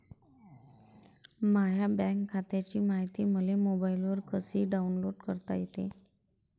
माह्या बँक खात्याची मायती मले मोबाईलवर कसी डाऊनलोड करता येते?